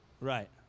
Right